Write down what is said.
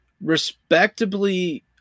respectably